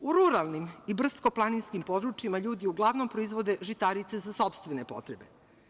U ruralnim i brdsko-planinskim područjima ljudi uglavnom proizvode žitarice za sopstvene potrebe.